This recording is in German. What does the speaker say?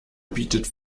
bietet